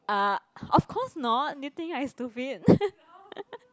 uh of course not do you think I stupid